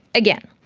again,